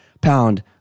pound